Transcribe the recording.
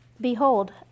Behold